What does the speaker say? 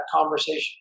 conversation